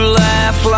laugh